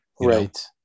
right